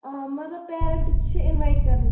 آ مطلب پیرنٛٹ تہِ چھِ اِنوایٹ کَرٕنۍ